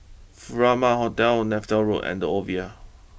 Furama Hotel Neythal Road and the Oval